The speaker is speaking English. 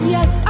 Yes